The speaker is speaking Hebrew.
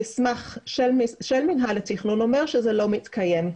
המסמך של מינהל התכנון אומר שזה לא מתקיים.